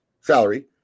salary